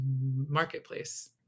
marketplace